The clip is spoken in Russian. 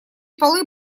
полы